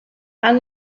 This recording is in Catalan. han